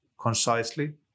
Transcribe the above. concisely